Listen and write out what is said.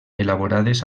elaborades